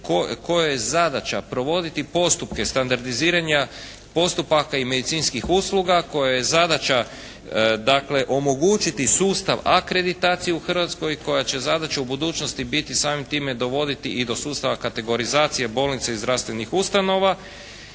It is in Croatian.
kojoj je zadaća provoditi postupke standardiziranja postupaka i medicinskih usluga, kojoj je zadaća dakle omogućiti sustav akreditacije u Hrvatskoj koja će zadaća u budućnosti biti samim time dovoditi i do sustava kategorizacije bolnice i zdravstvenih ustanova